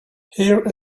here